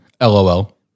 LOL